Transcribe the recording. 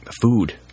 food